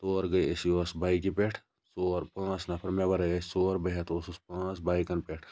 تور گٔے أسۍ یۄہُس بایکہِ پیٹھ ژور پانٛژھ نَفَر مےٚ وَرٲے ٲسۍ ژور بہٕ ہیٚتھ اوسُس پانٛژھ بایکَن پیٹھ